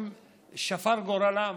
שפר גורלם,